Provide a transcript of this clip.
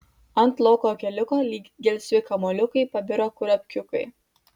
ant lauko keliuko lyg gelsvi kamuoliukai pabiro kurapkiukai